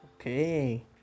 Okay